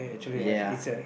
ya